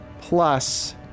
plus